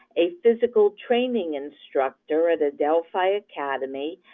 a physical training instructor at adelphi academy,